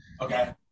Okay